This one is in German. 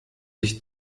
ich